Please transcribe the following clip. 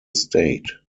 state